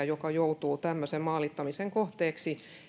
joka joutuu tämmöisen maalittamisen kohteeksi